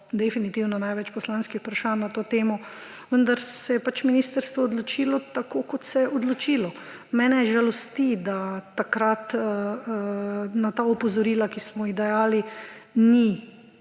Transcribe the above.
definitivno največ poslanskih vprašanj na to temo, vendar se je pač ministrstvo odločilo tako, kot se je odločilo. Mene žalosti, da takrat ta opozorila, ki smo jih dajali, niso